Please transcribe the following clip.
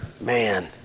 Man